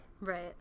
Right